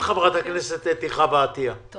חברת הכנסת אתי חוה עטייה, בבקשה.